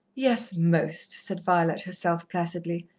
yes, most, said violet herself placidly.